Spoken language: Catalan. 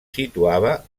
situava